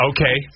Okay